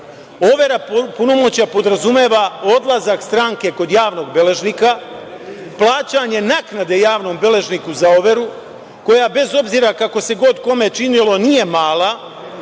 Overa punomoćja podrazumeva odlazak stranke kod javnog beležnika, plaćanje naknade javnom beležniku za overu, koja bez obzira kako se god kome činilo nije mala,